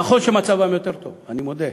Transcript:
נכון שמצבם יותר טוב, אני מודה.